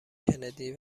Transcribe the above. کندی